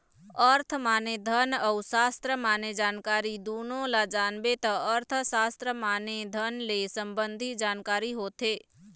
अर्थ माने धन अउ सास्त्र माने जानकारी दुनो ल जानबे त अर्थसास्त्र माने धन ले संबंधी जानकारी होथे